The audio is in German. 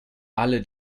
alle